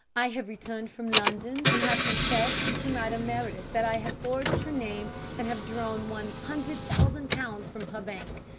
i have returned from london and have confessed to madame meredith that i have forged her name and have drawn one hundred thousand pounds from her bank.